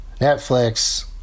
Netflix